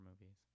movies